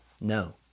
no